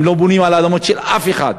הם לא בונים על האדמות של אף אחד.